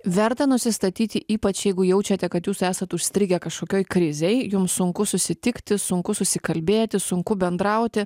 verta nusistatyti ypač jeigu jaučiate kad jūs esat užstrigę kažkokioj krizėj jums sunku susitikti sunku susikalbėti sunku bendrauti